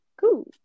cool